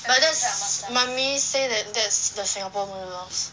but that's mummy say that that's the singapore noodles